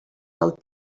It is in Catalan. del